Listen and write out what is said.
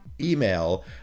email